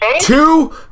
two